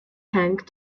tank